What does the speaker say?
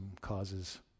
causes